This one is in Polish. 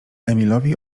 emilowi